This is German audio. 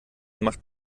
macht